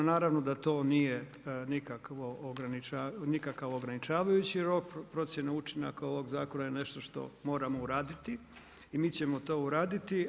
Naravno da to nije nikakav ograničavajući rok, procjene učinaka ovog zakona je nešto što moramo uraditi i mi ćemo to uraditi.